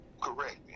correct